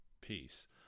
peace